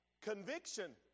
Conviction